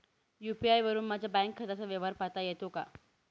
UPI वरुन माझ्या bank खात्याचा व्यवहार पाहता येतो का?